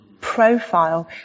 Profile